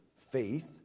faith